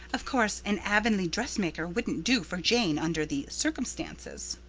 of course an avonlea dressmaker wouldn't do for jane under the circumstances.